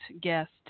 guest